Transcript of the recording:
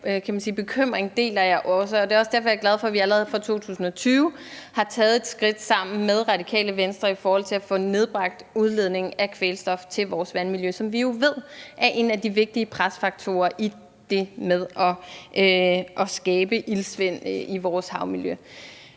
det er også derfor, jeg er glad for, at vi allerede fra 2020 har taget et skridt sammen med Radikale Venstre i forhold til at få nedbragt udledningen af kvælstof til vores vandmiljø, som vi jo ved er en af de vigtige presfaktorer i det med at skabe iltsvind i vores havmiljø.